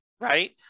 right